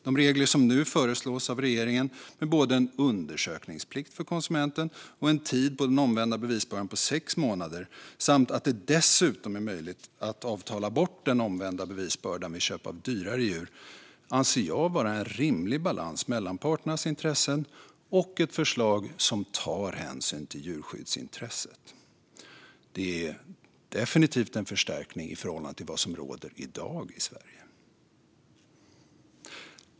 De regler som nu föreslås av regeringen är både en undersökningsplikt för konsumenten och en tid för den omvända bevisbördan på sex månader. Det blir dessutom möjligt att avtala bort den omvända bevisbördan vid köp av dyrare djur. Detta anser jag vara en rimlig balans mellan parternas intressen och ett förslag som tar hänsyn till djurskyddsintresset. Det är definitivt en förstärkning i förhållande till vad som råder i dag i Sverige.